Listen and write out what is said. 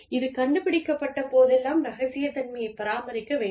இது கண்டுபிடிக்கப்பட்ட போதெல்லாம் இரகசியத்தன்மையைப் பராமரிக்க வேண்டும்